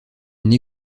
une